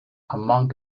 among